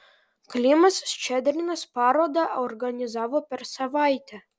klimas ščedrinas parodą organizavo per savaitę